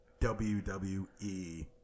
WWE